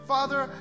Father